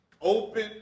open